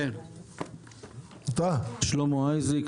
שלמה אייזיק,